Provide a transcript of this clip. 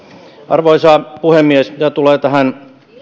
arvoisa puhemies mitä tulee tähän